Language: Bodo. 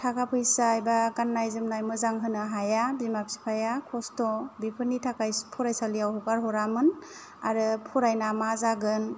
थाखाफैसा एबा मोजां गाननाय जोमनाय मोजां होनो हाया बिमा बिफाया खस्थ' बेफोरनि थाखाय फरायसालियाव हगार हरामोन आरो फरायना मा जागोन